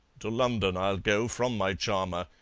to london i'll go from my charmer.